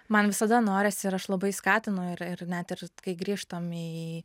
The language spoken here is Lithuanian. man visada norisi ir aš labai skatinu ir ir net ir kai grįžtam į